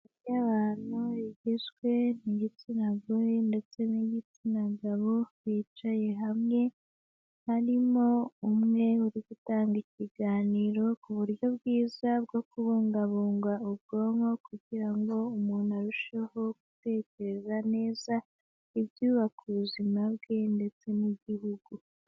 Inama y'abantu igizwe n'igitsina gore ndetse n'igitsina gabo bicaye hamwe harimo umwe uri gutanga ikiganiro ku buryo bwiza bwo kubungabunga ubwonko kugirango umuntu arusheho gutekereza neza ibyubaka ubuzima bwe ndetse n'igihugu.